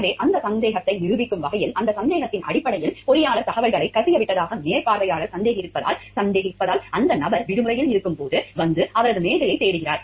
எனவே அந்த சந்தேகத்தை நிரூபிக்கும் வகையில் அந்த சந்தேகத்தின் அடிப்படையில் பொறியாளர் தகவல்களை கசியவிட்டதாக மேற்பார்வையாளர் சந்தேகிப்பதால் அந்த நபர் விடுமுறையில் இருக்கும் போது வந்து அவரது மேசையைத் தேடுகிறார்